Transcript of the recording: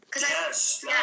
Yes